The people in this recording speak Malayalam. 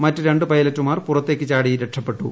മറ്റ് രണ്ട് പൈലറ്റുമാർ പുറത്തേക്ക് ചാടി രക്ഷപ്പെട്ടു